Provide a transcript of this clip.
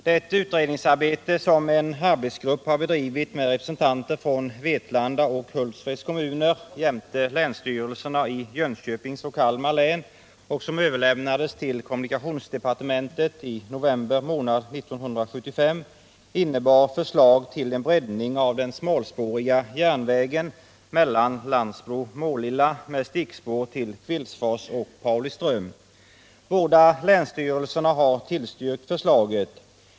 Det utredningsarbete som en arbetsgrupp har bedrivit med representanter från Vetlanda och Hultsfreds kommuner jämte länsstyrelserna i Jönköpings och Kalmar län, och som överlämnades till kommunikationsdepartementet i november 1975, innebar förslag till en breddning av den smalspåriga järnvägen Landsbro-Målilla med stickspår till Kvillsfors och Pauliström. Båda länsstyrelserna har tillstyrkt förslaget.